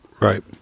Right